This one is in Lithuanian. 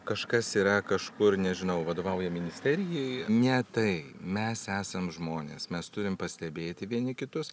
kažkas yra kažkur nežinau vadovauja ministerijai ne tai mes esam žmonės mes turim pastebėti vieni kitus